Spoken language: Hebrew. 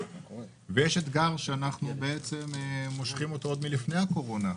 יש אתגר שאנחנו בעצם מושכים אותו עוד לפני הקורונה,